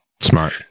Smart